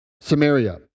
samaria